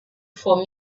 for